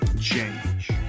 change